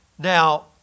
Now